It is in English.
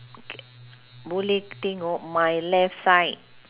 boleh tengok my left side